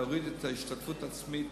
להוריד את ההשתתפות העצמית.